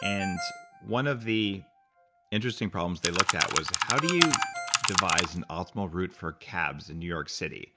and one of the interesting problems they looked at was how do you devise an alternate route for cabs in new york city.